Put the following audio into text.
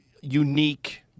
unique